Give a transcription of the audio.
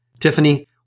Tiffany